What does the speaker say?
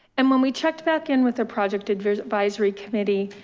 and when we checked back in with the project advisory advisory committee,